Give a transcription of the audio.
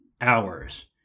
hours